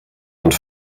und